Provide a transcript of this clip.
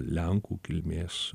lenkų kilmės